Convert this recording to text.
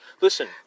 Listen